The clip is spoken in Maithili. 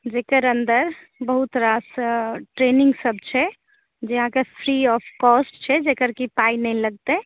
जेकर अन्दर बहुत रास ट्रेनिंग सभ छै जे अहाँकेँ फ्री ऑफ कॉस्ट छै जेकर की पाइ नहि लगतए